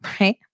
right